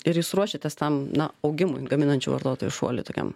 ir jūs ruošėtės tam na augimui gaminančių vartotojų šuoliui tokiam